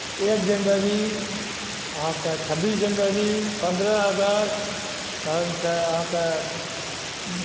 एक जनवरी अहाँके छब्बीस जनवरी पनरह अगस्त तहन से अहाँके